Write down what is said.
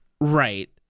Right